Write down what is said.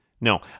No